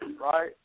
right